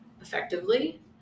effectively